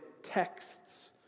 Texts